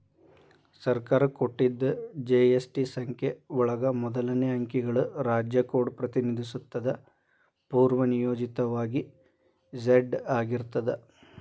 ಸರ್ಕಾರ ಕೊಟ್ಟಿದ್ ಜಿ.ಎಸ್.ಟಿ ಸಂಖ್ಯೆ ಒಳಗ ಮೊದಲನೇ ಅಂಕಿಗಳು ರಾಜ್ಯ ಕೋಡ್ ಪ್ರತಿನಿಧಿಸುತ್ತದ ಪೂರ್ವನಿಯೋಜಿತವಾಗಿ ಝೆಡ್ ಆಗಿರ್ತದ